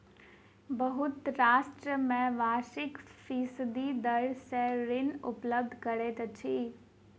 बहुत राष्ट्र में वार्षिक फीसदी दर सॅ ऋण उपलब्ध करैत अछि